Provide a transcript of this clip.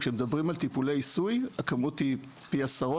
כשמדברים על טיפולי עיסוי הכמות היא פי עשרות,